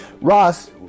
Ross